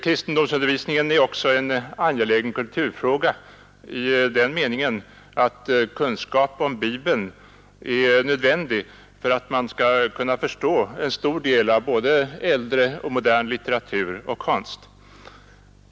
Kristendomsundervisningen är också en angelägen kulturfråga i den meningen att kunskap om Bibeln är nödvändig för att man skall kunna förstå en stor del av både äldre och modern litteratur och konst.